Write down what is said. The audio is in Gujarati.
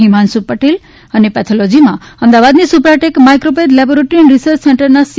હિમાંશુ પટેલ અને પેથોલોજીમાં અમદાવાદની Supratech Micropath laboratory and research સેન્ટરના સી